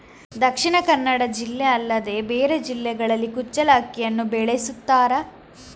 ದಕ್ಷಿಣ ಕನ್ನಡ ಜಿಲ್ಲೆ ಅಲ್ಲದೆ ಬೇರೆ ಜಿಲ್ಲೆಗಳಲ್ಲಿ ಕುಚ್ಚಲಕ್ಕಿಯನ್ನು ಬೆಳೆಸುತ್ತಾರಾ?